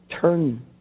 turn